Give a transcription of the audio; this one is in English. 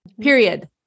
period